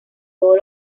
todos